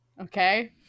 okay